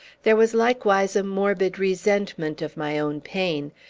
there was likewise a morbid resentment of my own pain,